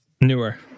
Newer